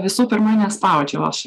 visų pirma nespaudžiau aš